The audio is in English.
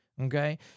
Okay